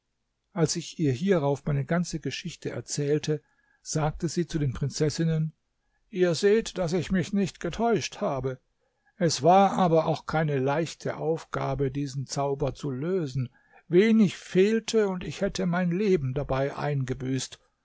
als ich ihr hierauf meine ganze geschichte erzählte sagte sie zu den prinzessinnen ihr seht daß ich mich nicht getäuscht habe es war aber auch keine leichte aufgabe diesen zauber zu lösen wenig fehlte und ich hätte mein leben dabei eingebüßt